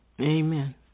Amen